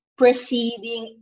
preceding